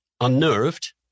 unnerved